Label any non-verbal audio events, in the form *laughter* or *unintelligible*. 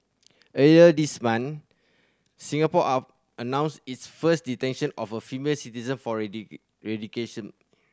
earlier this month Singapore are announced its first detention of a female citizen for *unintelligible*